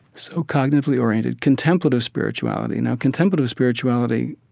so cognitively oriented contemplative spirituality. now, contemplative spirituality,